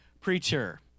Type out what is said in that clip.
preacher